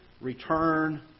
return